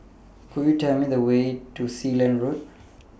Could YOU Tell Me The Way to Sealand Road